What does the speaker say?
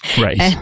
Right